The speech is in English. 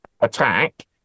attack